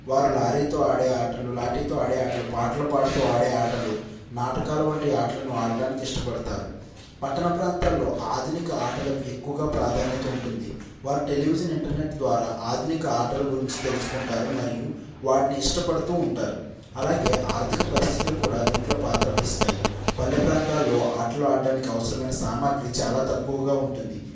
వారు లారీతో ఆడే ఆటలు లాటితో ఆడే ఆటలు పాటలు పాడుతూ ఆడే ఆటలు నాటకాలు వంటి ఆటలను ఆడటానికి ఇష్టపడతారు పట్టణ ప్రాంతాల్లో ఆధునిక ఆటలకు ఎక్కువగా ప్రాధాన్యత ఉంటుంది వారు టెలివిజన్ ఇంటర్నెట్ ద్వారా ఆధునిక ఆటల గురించి తెలుసుకుంటారు మరియు వాటిని ఇష్టపడుతూ ఉంటారు అలాగే ఆర్థిక పరిస్థితులను కూడా దీనిలో పాత్ర వహిస్తాయి పల్లె ప్రాంతాల్లో ఆటలు ఆడటానికి అవసరమైన సామాగ్రి చాలా తక్కువగా ఉంటుంది